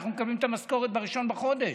אנחנו מקבלים את המשכורת ב-1 בחודש,